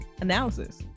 analysis